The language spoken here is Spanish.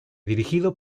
dirigido